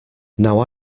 now